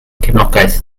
cefnogaeth